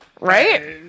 right